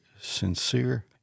sincere